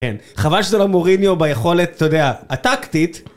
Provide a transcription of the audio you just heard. כן, חבל שזה לא מוריניו ביכולת, אתה יודע, הטקטית.